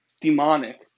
demonic